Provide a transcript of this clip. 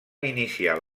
iniciar